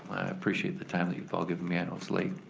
appreciate the time that you've all given me. i know it's late.